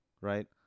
right